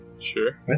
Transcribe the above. Sure